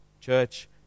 Church